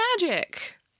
magic